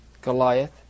Goliath